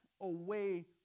away